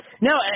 No